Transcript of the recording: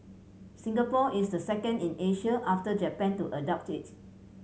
Singapore is the second in Asia after Japan to adopt it